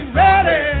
ready